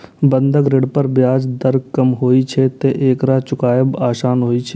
बंधक ऋण पर ब्याज दर कम होइ छैं, तें एकरा चुकायब आसान होइ छै